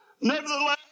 Nevertheless